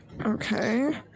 Okay